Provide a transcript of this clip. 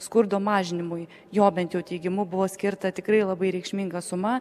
skurdo mažinimui jo bent jau teigimu buvo skirta tikrai labai reikšminga suma